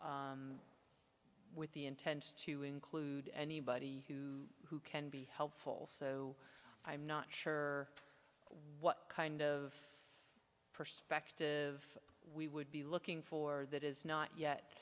with the intent to include anybody who can be helpful so i'm not sure what kind of perspective we would be looking for that is not yet